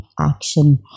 action